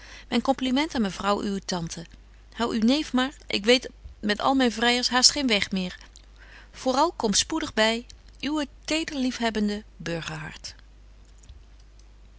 myn compliment aan mevrouw uwe tante hou uw neef maar ik weet met al myn vryers haast geen weg meer voor al kom spoedig by uwe